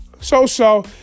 So-so